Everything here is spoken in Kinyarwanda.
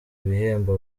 ibihembo